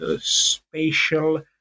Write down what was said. spatial